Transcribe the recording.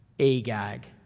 Agag